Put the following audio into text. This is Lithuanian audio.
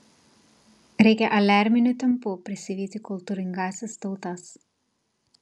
reikia aliarminiu tempu prisivyti kultūringąsias tautas